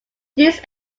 this